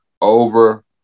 over